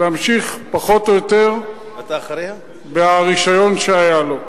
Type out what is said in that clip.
להמשיך פחות או יותר ברשיון שהיה לו.